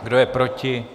Kdo je proti?